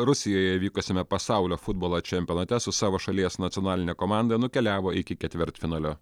rusijoje vykusiame pasaulio futbolo čempionate su savo šalies nacionaline komanda nukeliavo iki ketvirtfinalio